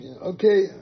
okay